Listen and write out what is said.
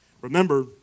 Remember